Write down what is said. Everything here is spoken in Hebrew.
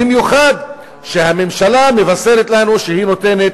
במיוחד שהממשלה מבשרת לנו שהיא נותנת